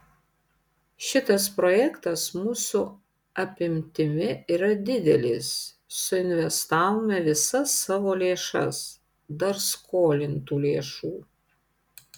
šitas projektas mūsų apimtimi yra didelis suinvestavome visas savo lėšas dar skolintų lėšų